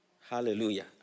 Hallelujah